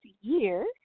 year